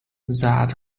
that